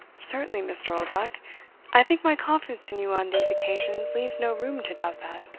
certainly, mr. oldbuck i think my confidence in you on these occasions leaves no room to doubt that.